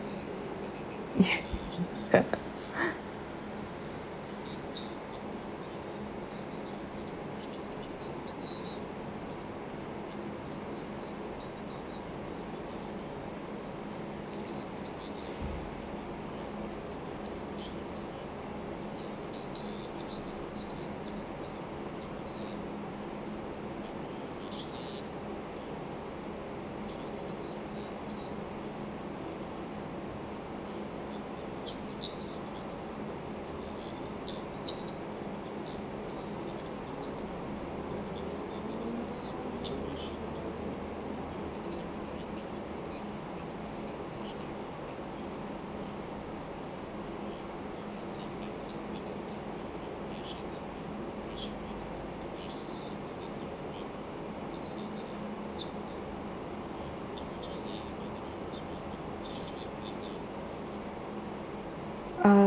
uh